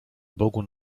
bogu